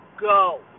go